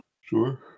Sure